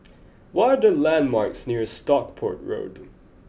what are the landmarks near Stockport Road